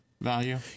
value